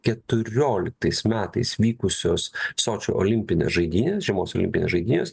keturioliktais metais metais vykusios sočio olimpinės žaidynės žiemos olimpinės žaidynės